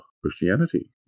Christianity